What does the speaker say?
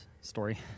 story